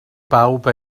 bawb